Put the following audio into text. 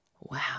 wow